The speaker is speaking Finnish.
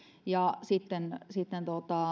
ja sitten sitten